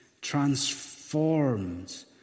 transformed